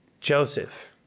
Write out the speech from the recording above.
Joseph